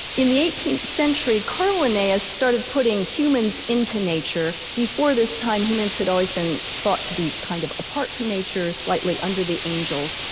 in the eighteenth century karl linnaeus started putting humans into nature, before this time humans had always thought to be kind of apart from nature, slightly under the angels.